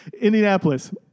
Indianapolis